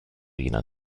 jener